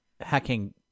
hacking